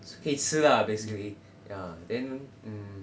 so 可以吃 lah basically ya then mm